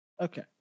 Okay